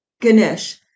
Ganesh